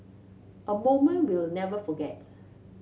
a moment we'll never forget